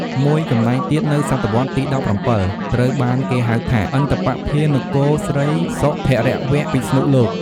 មួយចំណែកទៀតនៅសតវត្សរ៍ទី១៧ត្រូវបានគេហៅថា ឥន្ទបត្តម្ភានគរស្រីសុធរវពិស្ណុលោក។